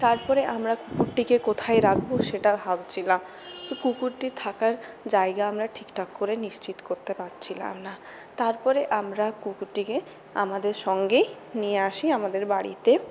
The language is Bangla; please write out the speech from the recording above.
তারপরে আমরা কুকুরটিকে কোথায় রাখবো সেটা ভাবছিলাম তো কুকুরটির থাকা জায়গা আমরা ঠিকঠাক করে নিশ্চিত করতে পারছিলাম না তারপরে আমরা কুকুরটিকে আমাদের সঙ্গেই নিয়ে আসি আমাদের বাড়িতে